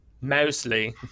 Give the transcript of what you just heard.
mostly